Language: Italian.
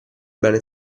bene